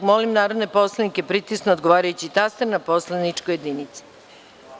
Molim narodne poslanike da pritisnu odgovarajući taster na poslaničkoj jedinici.